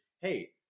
hey